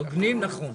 הוגנים, נכון.